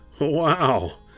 Wow